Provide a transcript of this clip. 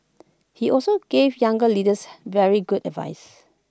he also gave younger leaders very good advice